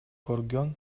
көргөн